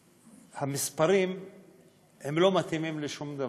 המספרים לא מתאימים לשום דבר.